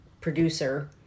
producer